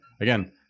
again